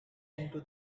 into